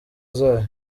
zayo